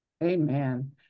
Amen